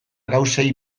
gauzei